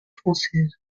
française